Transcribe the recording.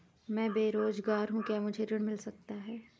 मैं बेरोजगार हूँ क्या मुझे ऋण मिल सकता है?